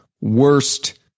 worst